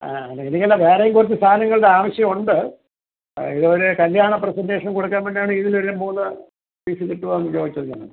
ആ എനിക്കാണെങ്കിൽ വേറെയും കുറച്ച് സാധനങ്ങളുടെ ആവശ്യമുണ്ട് ഇതൊരു കല്യാണ പ്രസൻറേഷൻ കൊടുക്കാൻ വേണ്ടിയാണ് ഇതിന്റെയെല്ലാം മൂന്ന് പീസ് കിട്ടുമോ എന്ന് ചോദിച്ചത് ഞാൻ